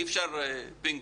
אי אפשר פינג-פונג.